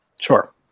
sure